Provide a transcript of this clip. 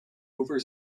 over